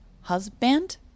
husband